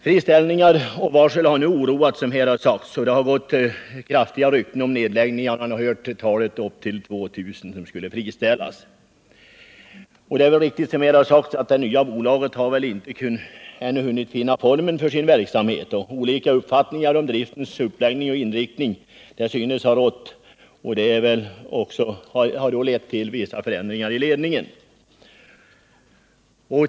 Friställningar och varsel har oroat, som här sagts, och det har varit kraftiga rykten om nedläggning. Det har talats om att upp till 2 000 skulle friställas. Det är också riktigt som här sagts, att det nya bolaget ännu inte hunnit finna formen för sin verksamhet. Olika uppfattningar synes ha rått om driftens uppläggning och inriktning, och det har då lett till vissa förändringar i ledningen.